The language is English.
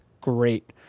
great